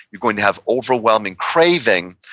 you're going to have overwhelming craving,